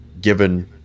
given